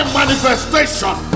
manifestation